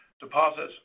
Deposits